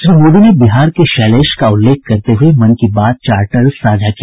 श्री मोदी ने बिहार के शैलेश का उल्लेख करते हुए मन की बात चार्टर साझा किया